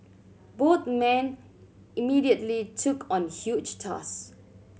both men immediately took on huge tasks